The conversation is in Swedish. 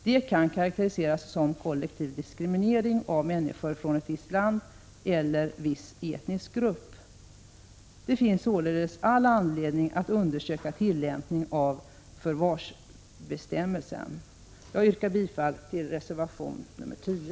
Det kan karakteriseras som kollektiv diskriminering av människor från ett visst land eller en viss etnisk grupp. Det finns således all anledning att undersöka tillämpningen av förvarsbestämmelsen. Fru talman! Jag yrkar bifall till reservation 10.